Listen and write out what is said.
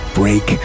break